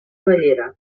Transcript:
bellera